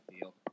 deal